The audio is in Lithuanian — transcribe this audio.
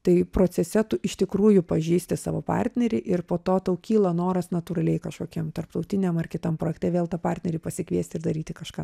tai procese tu iš tikrųjų pažįsti savo partnerį ir po to tau kyla noras natūraliai kažkokiem tarptautiniem ar kitam projekte vėl tą partnerį pasikviesti ir daryti kažką